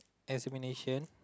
examination